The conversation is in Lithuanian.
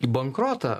į bankrotą